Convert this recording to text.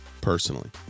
personally